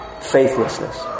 faithlessness